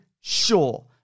sure